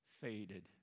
faded